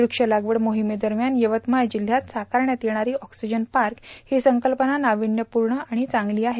वृक्षलागवड मोहिमेदरम्यान यवतमाळ जिल्हयात साकारण्यात येणारी ऑक्सीजन पार्क ही संकल्पना नाविन्यपूर्ण आणि चांगली आहे